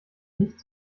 nicht